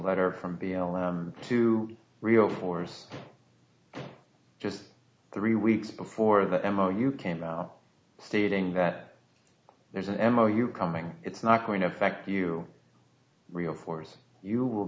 letter from to real force just three weeks before the memo you came out stating that there's an m o you coming it's not going to affect you real force you will